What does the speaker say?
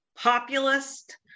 populist